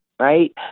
right